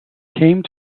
came